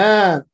Man